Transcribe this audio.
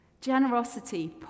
Generosity